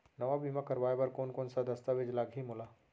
नवा बीमा करवाय बर कोन कोन स दस्तावेज लागही मोला?